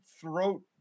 throat